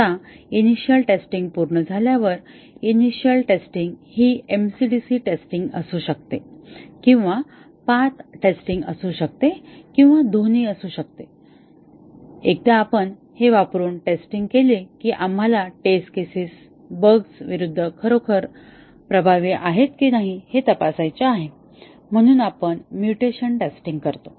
आता initial testing पूर्ण झाल्यावर इनिशिअल टेस्टिंग हि एमसीडीसी टेस्टिंग असू शकते किंवा पाथ टेस्टिंग असू शकते किंवा दोन्ही असू शकते आणि एकदा आपण हे वापरून टेस्टिंग केली की आम्हाला टेस्ट केसेस बग्स विरुद्ध खरोखर प्रभावी आहे की नाही हे तपासायचे आहे आणि म्हणून आपण म्युटेशन टेस्टिंग करतो